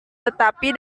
tetapi